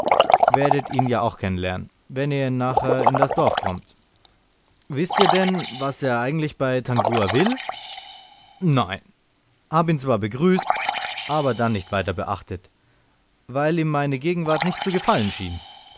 werdet ihn ja auch kennen lernen wenn ihr nachher in das dorf kommt wißt ihr denn was er eigentlich bei tangua will nein habe ihn zwar begrüßt aber dann nicht wieder beachtet weil ihm meine gegenwart nicht zu gefallen schien